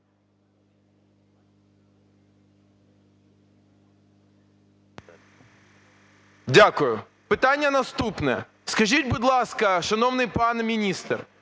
Дякую. Питання наступне. Скажіть, будь ласка, шановний пане міністре,